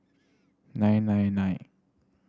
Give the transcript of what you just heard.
nine nine nine